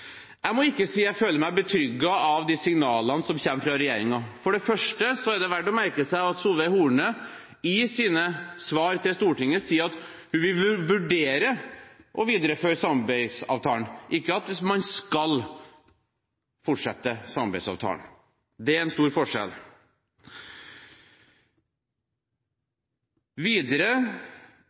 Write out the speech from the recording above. Jeg kan ikke si at jeg føler meg betrygget av de signalene som kommer fra regjeringen. For det første er det verdt å merke seg at Solveig Horne i sine svar til Stortinget sier at hun vil «vurdere» å videreføre samarbeidsavtalen – ikke at man «skal» fortsette samarbeidsavtalen. Det er en stor forskjell. Videre